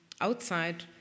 outside